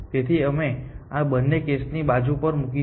તેથી અમે આ બંને કેસને બાજુ પર મૂકીશું